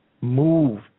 move